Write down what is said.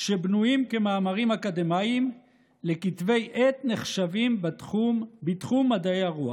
שבנויים כמאמרים אקדמיים לכתבי עת נחשבים בתחום מדעי הרוח,